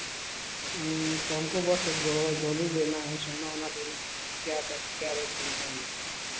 तो हमको बहुत सब जौ जोली लेना है सोना वोना लेना क्या कस क्या रेंज होता है